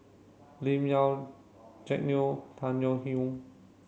Lim Yau Jack Neo Tung Chye Hong